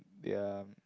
ya